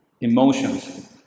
Emotions